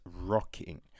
rocking